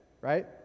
right